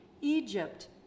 Egypt